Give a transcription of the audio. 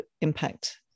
impact